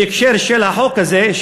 בהקשר של החוק הזה,